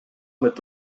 mit